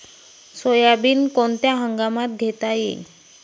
Soybean कोनच्या हंगामात घेता येईन?